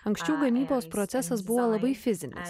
anksčiau gamybos procesas buvo labai fizinis